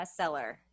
bestseller